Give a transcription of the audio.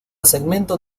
segmento